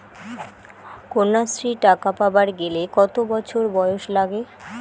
কন্যাশ্রী টাকা পাবার গেলে কতো বছর বয়স লাগে?